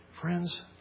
Friends